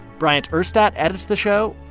bryant urstadt edits the show.